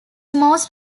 most